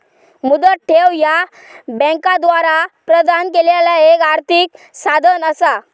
मुदत ठेव ह्या बँकांद्वारा प्रदान केलेला एक आर्थिक साधन असा